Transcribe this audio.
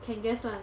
can guess [one]